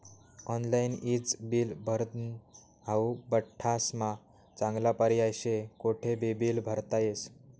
online ईज bill भरनं हाऊ बठ्ठास्मा चांगला पर्याय शे, कोठेबी बील भरता येस